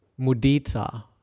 mudita